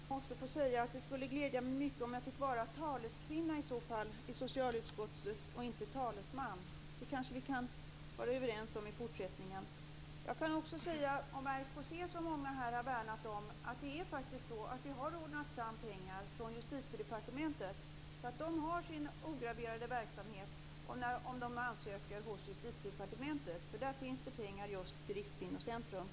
Fru talman! Jag måste få säga att det skulle glädja mig mycket om jag i fortsättningen fick vara taleskvinna i socialutskottet och inte talesman. Det kanske vi kan vara överens om. Jag kan också säga om RKC, Rikskvinnocentrum, som många här har värnat om, att vi har ordnat fram pengar från Justitiedepartementet. De har alltså sin ograverade verksamhet om de ansöker hos Justitiedepartementet, där det finns pengar just till RKC.